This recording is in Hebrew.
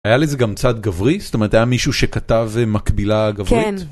היה לזה גם צד גברי? זאת אומרת היה מישהו שכתב מקבילה גברית? כן.